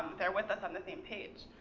they're with us on the same page.